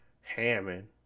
Hammond